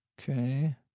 Okay